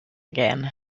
again